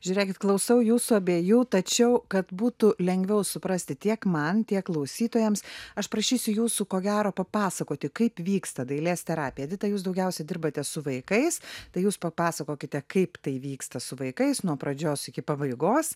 žiūrėkit klausau jūsų abiejų tačiau kad būtų lengviau suprasti tiek man tiek klausytojams aš prašysiu jūsų ko gero papasakoti kaip vyksta dailės terapija vita jūs daugiausia dirbate su vaikais tai jūs papasakokite kaip tai vyksta su vaikais nuo pradžios iki pabaigos